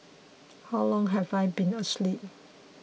how long have I been asleep